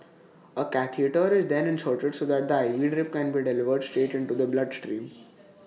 A catheter is then inserted so that the IV drip can be delivered straight into the blood stream